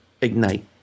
ignite